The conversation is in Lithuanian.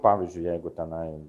pavyzdžiui jeigu tenai